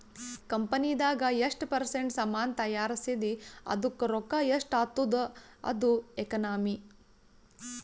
ಕಂಪನಿದಾಗ್ ಎಷ್ಟ ಪರ್ಸೆಂಟ್ ಸಾಮಾನ್ ತೈಯಾರ್ಸಿದಿ ಅದ್ದುಕ್ ರೊಕ್ಕಾ ಎಷ್ಟ ಆತ್ತುದ ಅದು ಎಕನಾಮಿ